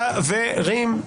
חברים.